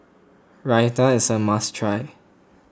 Raita is a must try